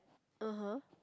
uh-huh